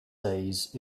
days